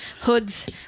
hoods